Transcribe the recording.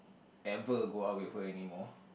ever go out with her anymore